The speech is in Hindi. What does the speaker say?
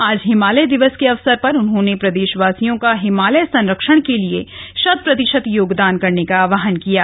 आज हिमालय दिवस के अवसर पर उन्होंने प्रदेशवासियों का हिमालय संरक्षण के लिए शत प्रतिशत योगदान करने का आहवान किया है